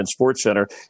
SportsCenter